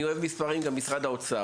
אני אוהב מספרים, גם משרד האוצר.